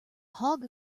hog